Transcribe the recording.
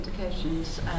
indications